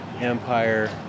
Empire